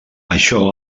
això